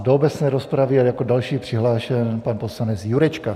Do obecné rozpravy je jako další přihlášen pan poslanec Jurečka.